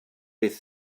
beth